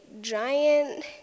giant